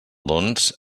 doncs